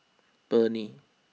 Burnie